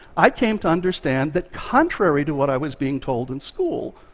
i came to understand that, contrary to what i was being told in school,